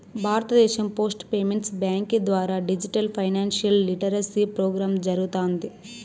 భారతదేశం post payments బ్యాంకీ ద్వారా డిజిటల్ ఫైనాన్షియల్ లిటరసీ ప్రోగ్రామ్ జరగతాంది